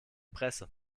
presse